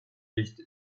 edged